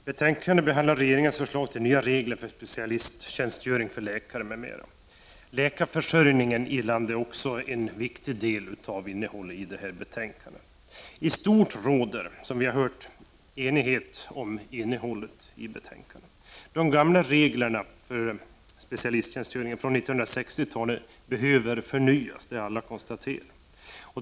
Herr talman! I betänkandet behandlas regeringens förslag till nya regler för specialiseringstjänstgöring för läkare, m.m. Frågan om läkarförsörjningen i landet är en viktig del av betänkandet. I stort råder, som vi har hört, enighet om innehållet i betänkandet. De gamla reglerna för specialisttjänstgöring från 1960-talet behöver förnyas.